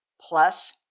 Plus